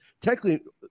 technically